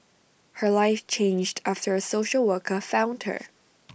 her life changed after A social worker found her